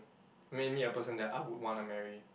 name me a person that I would want to marry